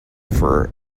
for